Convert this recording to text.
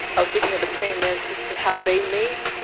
i was thinking of the praying mantis and how they mate,